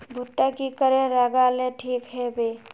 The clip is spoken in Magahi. भुट्टा की करे लगा ले ठिक है बय?